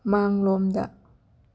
ꯃꯥꯡꯂꯣꯝꯗ